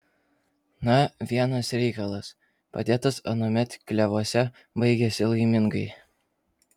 na vienas reikalas pradėtas anuomet klevuose baigiasi laimingai